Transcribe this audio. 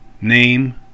name